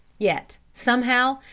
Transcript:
yet, somehow,